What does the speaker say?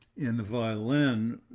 in the violin,